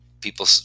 people